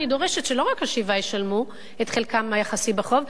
אני דורשת שלא רק השבעה ישלמו את חלקם היחסי בחוב,